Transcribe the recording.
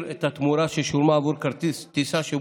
בבקשה.